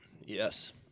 Yes